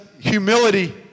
humility